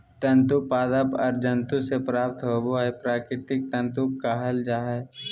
तंतु पादप और जंतु से प्राप्त होबो हइ प्राकृतिक तंतु कहल जा हइ